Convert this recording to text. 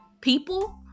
people